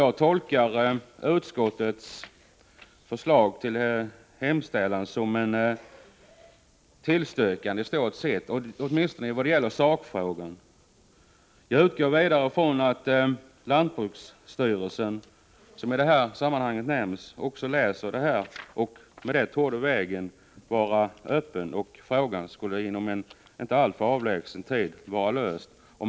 Jag tolkar utskottets hemställan i stort sett som en tillstyrkan, åtminstone i sakfrågan. Jag utgår vidare från att lantbruksstyrelsen, som nämns i sammanhanget, läser betänkandet. Därmed torde vägen vara öppen, och frågan skulle inom en inte alltför avlägsen tid vara löst.